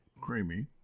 creamy